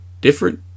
different